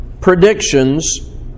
predictions